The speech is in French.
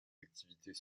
activités